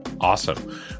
Awesome